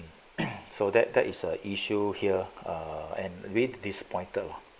so that that is a issue here err and real disappointed lah